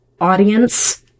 audience